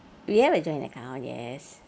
we have a joint account yes